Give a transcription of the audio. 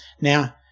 Now